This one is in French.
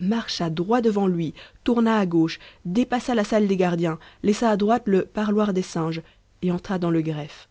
marcha droit devant lui tourna à gauche dépassa la salle des gardiens laissa à droite le parloir des singes et entra dans le greffe